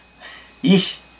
Yeesh